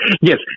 yes